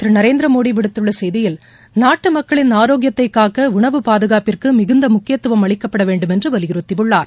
திருநரேந்திரமோடிவிடுத்துள்ளசெய்தியில் இந்நாளையாட்டி பிரதமர் நாட்டுமக்களின் ஆரோக்கியத்தைகாக்கடணவு பாதுகாப்பிற்குமிகுந்தமுக்கியத்துவம் அளிக்கப்படவேண்டும் என்றுவலியுறுத்தியுள்ளார்